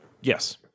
Yes